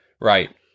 Right